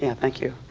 and thank you.